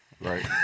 Right